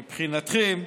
מבחינתכם,